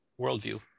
worldview